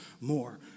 more